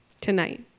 tonight